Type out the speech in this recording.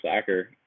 soccer